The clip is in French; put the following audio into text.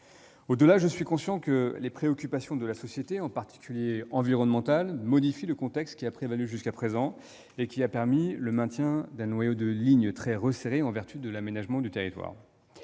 Au-delà, je suis conscient que les préoccupations de la société, en particulier environnementales, modifient le contexte qui a prévalu jusqu'à présent et qui a permis le maintien d'un noyau de lignes très resserré au nom de l'aménagement du territoire.